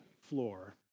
floor